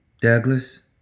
Douglas